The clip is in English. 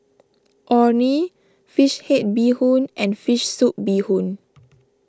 Orh Nee Fish Head Bee Hoon and Fish Soup Bee Hoon